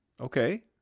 Okay